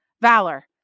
valor